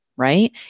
Right